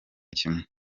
kimwe